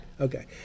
Okay